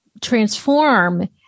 transform